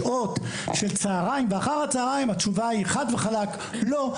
שעות של צהריים ואחר הצהריים התשובה היא חד וחלק לא.